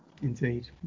indeed